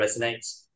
resonates